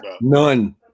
None